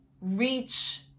reach